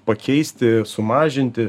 pakeisti sumažinti